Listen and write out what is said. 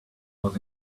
was